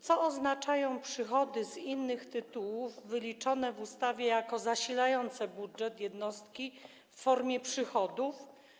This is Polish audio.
Co oznaczają przychody z innych tytułów wyliczone w ustawie jako zasilające budżet jednostki w formie przychodów?